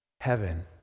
Heaven